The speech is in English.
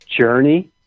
Journey